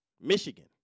Michigan